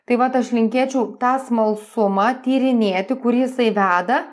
tai vat aš linkėčiau tą smalsumą tyrinėti kur jisai veda